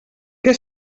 que